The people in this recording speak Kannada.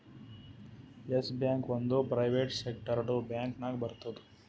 ಎಸ್ ಬ್ಯಾಂಕ್ ಒಂದ್ ಪ್ರೈವೇಟ್ ಸೆಕ್ಟರ್ದು ಬ್ಯಾಂಕ್ ನಾಗ್ ಬರ್ತುದ್